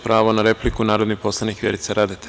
Pravo na repliku, narodni poslanik Vjerica Radeta.